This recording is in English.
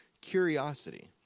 curiosity